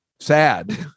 sad